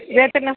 एतत्